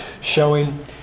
showing